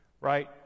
Right